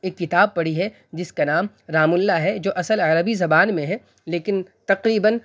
ایک کتاب پڑھی ہے جس کا نام رام اللہ ہے جو اصل عربی زبان میں ہے لیکن تقریباً